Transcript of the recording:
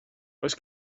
oes